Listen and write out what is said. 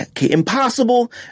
Impossible